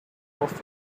off